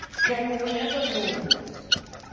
can you ever know yourself?